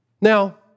Now